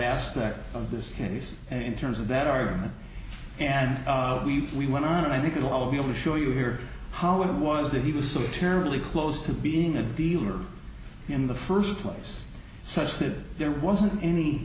aspect of this case and in terms of that argument and we went on and i think it will all be able to show you here however was that he was so terribly close to being a dealer in the first place such that there wasn't any